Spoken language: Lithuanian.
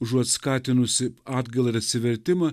užuot skatinusi atgailą ir atsivertimą